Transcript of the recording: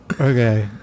Okay